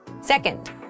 Second